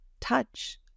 Touch